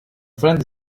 friend